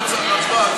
לא צריך.